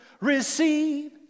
receive